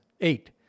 Eight